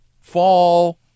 fall